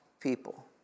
people